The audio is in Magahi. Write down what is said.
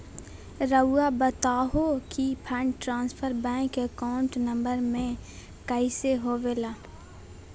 रहुआ बताहो कि fund transfer bank account number में कैसे होबेला?